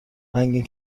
رنگین